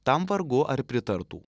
tam vargu ar pritartų